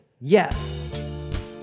Yes